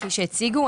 כפי שהציגו.